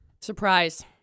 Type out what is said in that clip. Surprise